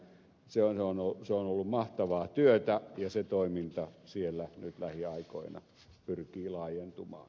se on ollut mahtavaa työtä ja se toiminta siellä nyt lähiaikoina pyrkii laajentumaan